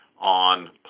on